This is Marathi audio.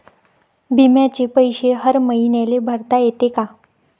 बिम्याचे पैसे हर मईन्याले भरता येते का?